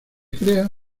crea